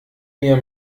mir